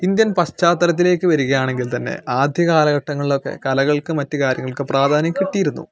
Indian പശ്ചാത്തലത്തിലേക്ക് വരികയാണെങ്കിൽ തന്നെ ആദ്യ കാലഘട്ടങ്ങളിൽ ഒക്കെ കലകൾക്കും മറ്റും കാര്യങ്ങൾക്കും പ്രാധാന്യം കിട്ടിയിരുന്നു